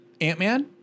Ant-Man